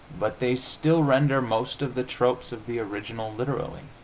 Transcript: but they still render most of the tropes of the original literally.